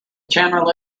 general